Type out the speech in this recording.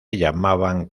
llamaban